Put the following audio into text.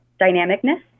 dynamicness